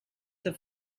have